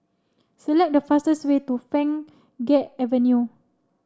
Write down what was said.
select the fastest way to Pheng Geck Avenue